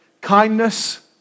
kindness